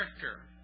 character